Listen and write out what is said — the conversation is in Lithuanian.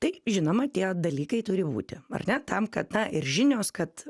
tai žinoma tie dalykai turi būti ar ne tam kad na ir žinios kad